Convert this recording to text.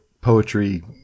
poetry